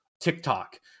TikTok